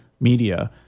media